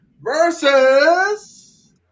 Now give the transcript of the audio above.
Versus